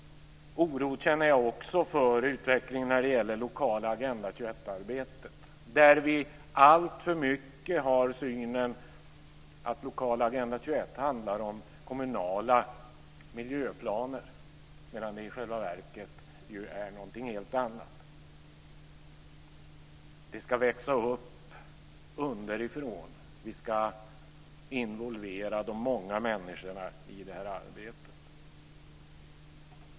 Oro känner jag också för utvecklingen när det gäller det lokala Agenda 21-arbetet, där vi alltför mycket har synen att lokalt Agenda 21 handlar om kommunala miljöplaner, medan det i själva verket är någonting helt annat. Det ska växa upp underifrån. Vi ska involvera de många människorna i det här arbetet.